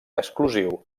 exclusiu